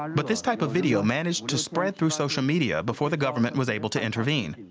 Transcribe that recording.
but this type of video managed to spread through social media before the government was able to intervene.